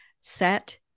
set